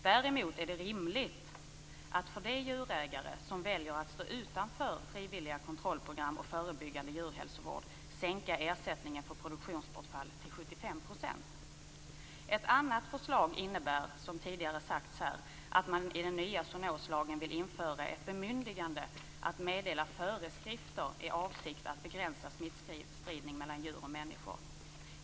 Däremot är det rimligt att för de djurägare som väljer att stå utanför frivilliga kontrollprogram och förebyggande djurhälsovård sänka ersättningen för produktionsbortfall till 75 %. Ett annat förslag innebär, som tidigare sagts här, att man i den nya zoonoslagen vill införa ett bemyndigande att meddela föreskrifter i avsikt att begränsa smittspridning mellan djur och människor.